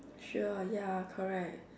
sure ya correct